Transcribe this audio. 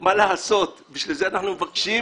מה לעשות, בגלל זה אנחנו מבקשים